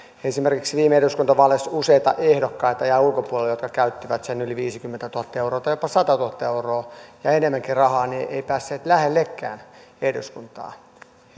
esimerkiksi viime eduskuntavaaleissa jäi ulkopuolelle useita ehdokkaita jotka käyttivät sen yli viisikymmentätuhatta euroa tai jopa satatuhatta euroa ja enemmänkin rahaa eivätkä päässeet lähellekään eduskuntaa